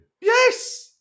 Yes